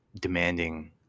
demanding